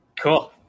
Cool